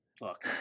look